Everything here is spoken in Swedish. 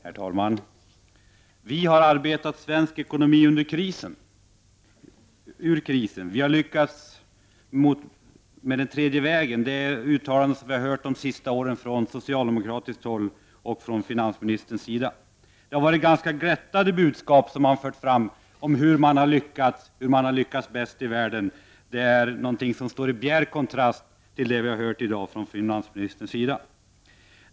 Herr talman! ”Vi har arbetat svensk ekonomi ur krisen! Vi har lyckats med den tredje vägens politik!” Detta är uttalanden som vi under de senaste åren har hört från socialdemokratiskt håll och från finansministern. Det har förts fram ganska glättade budskap om hur socialdemokratin har lyckats bäst i världen. De uttalandena står i bjärt kontrast mot det som vi har hört i dag från finansministern.